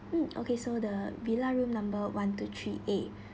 mm okay so the villa room number one two three eight